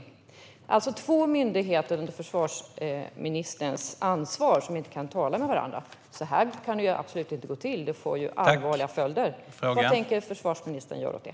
Det är alltså två myndigheter under försvarsministerns ansvar som inte kan tala med varandra. Så kan det definitivt inte gå till. Det får allvarliga följder. Vad tänker försvarsministern göra åt det?